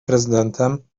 prezydentem